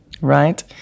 right